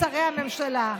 שרי הממשלה.